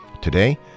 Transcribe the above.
Today